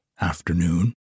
afternoon